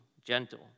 gentle